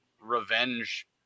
revenge